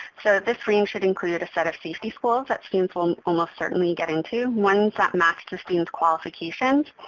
so this range should include a set of safety schools that students will almost certainly get into, ones that match the student's qualifications,